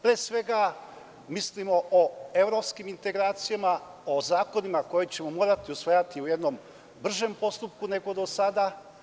Pre svega mislimo na evropske integracije, na zakone koje ćemo morati usvajati u jednom bržem postupku, nego do sada.